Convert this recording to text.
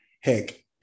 heck